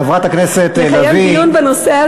חברת הכנסת לביא,